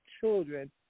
children